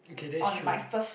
okay that's true